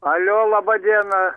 alio laba diena